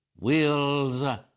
wheels